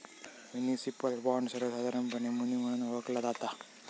municipal bond, सर्वोसधारणपणे मुनी म्हणून ओळखला जाता